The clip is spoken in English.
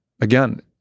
Again